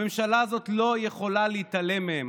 הממשלה הזאת לא יכולה להתעלם מהם,